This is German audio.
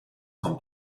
kommt